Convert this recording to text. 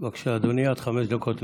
בבקשה, אדוני, עד חמש דקות לרשותך.